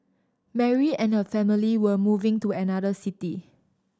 Mary and her family were moving to another city